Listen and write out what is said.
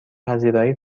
پذیرایی